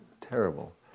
terrible